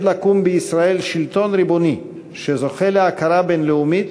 לקום בישראל שלטון ריבוני שזוכה להכרה בין-לאומית